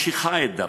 שממשיכה את דרכה.